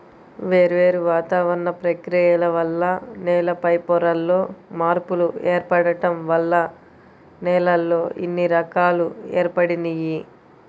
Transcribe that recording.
వేర్వేరు వాతావరణ ప్రక్రియల వల్ల నేల పైపొరల్లో మార్పులు ఏర్పడటం వల్ల నేలల్లో ఇన్ని రకాలు ఏర్పడినియ్యి